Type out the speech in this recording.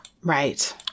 Right